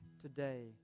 today